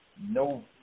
no –